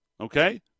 okay